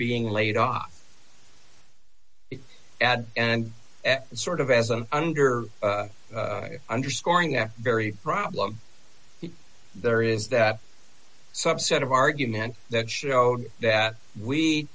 being laid off ad and sort of as an under underscoring our very problem there is that subset of argument that showed that we